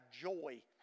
joy